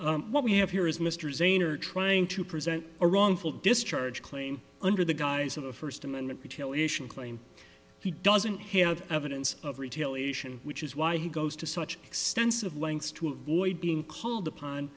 or what we have here is mr zener trying to present a wrongful discharge claim under the guise of a first amendment patel initial claim he doesn't have evidence of retail ition which is why he goes to such extensive lengths to avoid being called upon